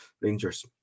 Rangers